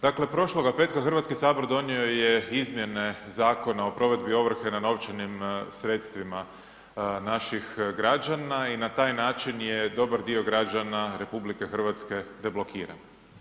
Dakle, prošloga petka HS donio je izmijene Zakona o provedbi ovrhe na novčanim sredstvima naših građana i na taj način je dobar dio građana RH deblokiran.